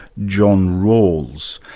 john rawls.